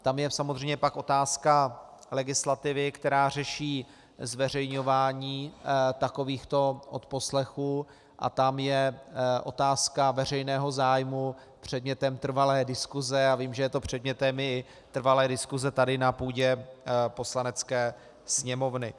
Tam je samozřejmě pak otázka legislativy, která řeší zveřejňování takovýchto odposlechů, a tam je otázka veřejného zájmu předmětem trvalé diskuse a vím, že je to předmětem i trvalé diskuse tady na půdě Poslanecké sněmovny.